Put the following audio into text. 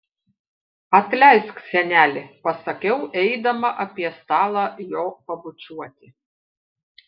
atleisk seneli pasakiau eidama apie stalą jo pabučiuoti